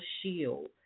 shield